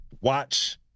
watch